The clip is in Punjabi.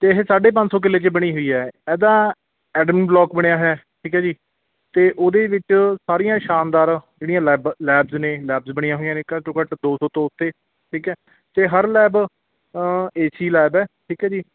ਅਤੇ ਇਹ ਸਾਢੇ ਪੰਜ ਸੌ ਕਿੱਲੇ 'ਚ ਬਣੀ ਹੋਈ ਹੈ ਇਹ ਦਾ ਐਡਨ ਬਲੋਕ ਬਣਿਆ ਹੋਇਆ ਠੀਕ ਹੈ ਜੀ ਅਤੇ ਉਹਦੇ ਵਿੱਚ ਸਾਰੀਆਂ ਸ਼ਾਨਦਾਰ ਜਿਹੜੀਆਂ ਲੈਬ ਲੈਬਸ ਨੇ ਲੈਬਸ ਬਣੀਆਂ ਹੋਈਆਂ ਨੇ ਘੱਟ ਤੋਂ ਘੱਟ ਦੋ ਸੌ ਤੋਂ ਉੱਤੇ ਠੀਕ ਹੈ ਅਤੇ ਹਰ ਲੈਬ ਏ ਸੀ ਲੈਬ ਹੈ ਠੀਕ ਹੈ ਜੀ